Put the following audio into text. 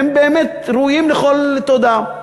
והם באמת ראויים לכל תודה.